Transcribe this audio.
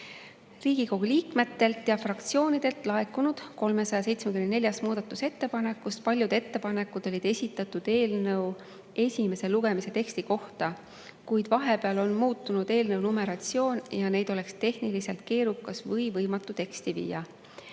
Riigikogu liikmetelt ja fraktsioonidelt laekunud 374 muudatusettepanekust on paljud ettepanekud esitatud eelnõu esimese lugemise teksti kohta, kuid vahepeal on muutunud eelnõu numeratsioon ja [muudatusi] oleks tehniliselt keerukas või võimatu teksti viia.